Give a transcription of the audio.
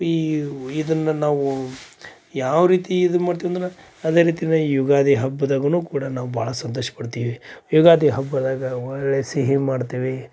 ಈ ಇದನ್ನು ನಾವು ಯಾವ ರೀತಿ ಇದು ಮಾಡ್ತೀವಂದ್ರೆ ಅದೇ ರೀತಿನೇ ಈ ಯುಗಾದಿ ಹಬ್ಬದಾಗನು ಕೂಡ ನಾವು ಭಾಳ ಸಂತೋಷಪಡ್ತೀವಿ ಯುಗಾದಿ ಹಬ್ಬದಾಗ ಒಳ್ಳೆಯ ಸಿಹಿ ಮಾಡ್ತೇವೆ